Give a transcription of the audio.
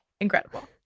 incredible